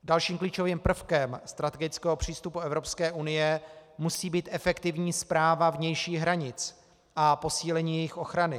Dalším klíčovým prvkem strategického přístupu Evropské unie musí být efektivní správa vnějších hranic a posílení jejich ochrany.